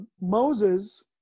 Moses